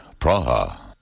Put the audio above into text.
Praha